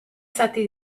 zati